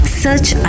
search